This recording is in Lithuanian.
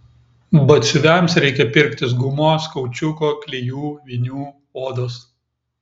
batsiuviams reikia pirktis gumos kaučiuko klijų vinių odos